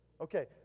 okay